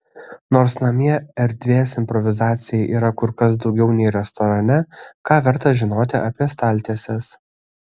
nors namie erdvės improvizacijai yra kur kas daugiau nei restorane ką verta žinoti apie staltieses